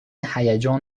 هیجان